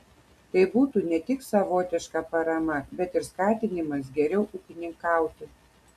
tai būtų ne tik savotiška parama bet ir skatinimas geriau ūkininkauti